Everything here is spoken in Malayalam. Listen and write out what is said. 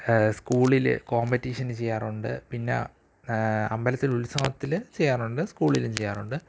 സ്കൂളിൽ കോമ്പറ്റിഷന് ചെയ്യാറുണ്ട് പിന്നെ അമ്പലത്തില് ഉത്സവത്തിൽ ചെയ്യാറുണ്ട് സ്കൂളിലും ചെയ്യാറുണ്ട്